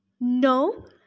No